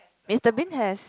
Mister Bean has